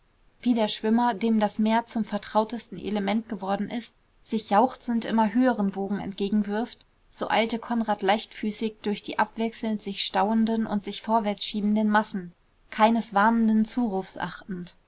wie der schwimmer dem das meer zum vertrautesten element geworden ist sich jauchzend immer höheren wogen entgegenwirft so eilte konrad leichtfüßig durch die abwechselnd sich stauenden und sich vorwärts schiebenden massen keines warnenden zurufs achtend